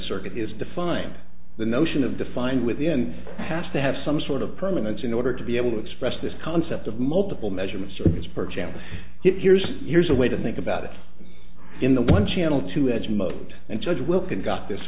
circuit is defined the notion of defined within the past to have some sort of permanence in order to be able to express this concept of multiple measurement circuits per channel here's here's a way to think about it in the one channel two edge mode and judge will conduct this